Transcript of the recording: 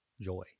joy